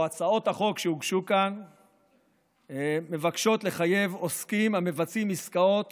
או הצעות חוק שהוגשו כאן מבקשות לחייב עוסקים המבצעים עסקאות